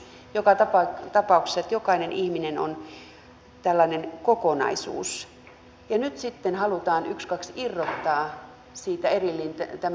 joka tapauksessa jokainen ihminen on tällainen kokonaisuus ja nyt sitten halutaan ykskaks irrottaa siitä tämmöinen juridinen osa